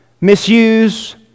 misuse